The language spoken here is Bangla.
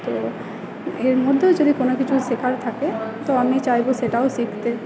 তো এর মধ্যেও যদি কোনো কিছু শেখার থাকে তো আমি চাইবো সেটাও শিখতে